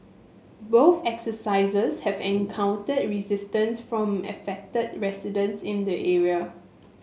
both exercises have encountered resistance from affected residents in the area